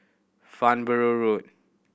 Farnborough Road